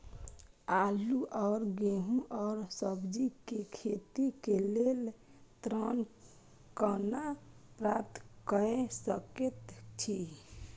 आलू और गेहूं और सब्जी के खेती के लेल ऋण कोना प्राप्त कय सकेत छी?